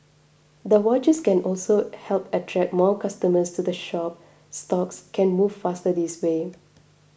the vouchers can also help attract more customers to the shop stocks can move faster this way